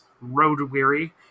road-weary